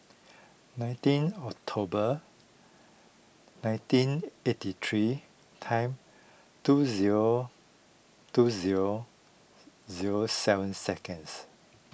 nineteen October nineteen eighty three time two zero two zero zero seven seconds